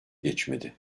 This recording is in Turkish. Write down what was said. geçmedi